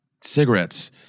cigarettes